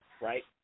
right